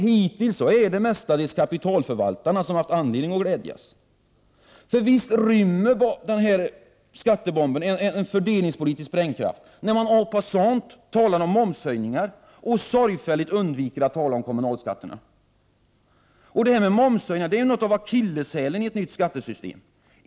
Hittills är det mestadels kapitalförvaltarna som har haft anledning att glädjas. Så visst rymmer skattebomben en fördelningspolitisk sprängkraft när man en passant talar om momshöjningar och sorgfälligt undviker att tala om kommunalskatterna. Det här med momshöjningar är något av akilleshälen i ett nytt skattesystem.